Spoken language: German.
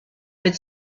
mit